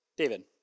David